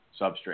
substrate